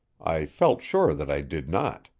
i felt sure that i did not.